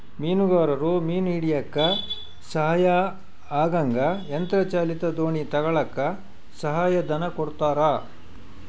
ಮೀನುಗಾರರು ಮೀನು ಹಿಡಿಯಕ್ಕ ಸಹಾಯ ಆಗಂಗ ಯಂತ್ರ ಚಾಲಿತ ದೋಣಿ ತಗಳಕ್ಕ ಸಹಾಯ ಧನ ಕೊಡ್ತಾರ